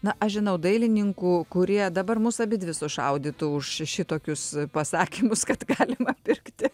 na aš žinau dailininkų kurie dabar mus abidvi sušaudytų už šitokius pasakymus kad galima pirkti